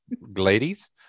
ladies